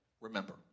remember